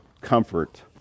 comfort